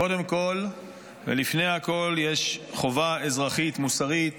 קודם כול ולפני הכול יש חובה אזרחית מוסרית